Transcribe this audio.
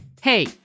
Hey